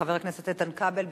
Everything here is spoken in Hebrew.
חבר הכנסת איתן כבל,